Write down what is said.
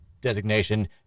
designation